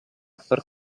per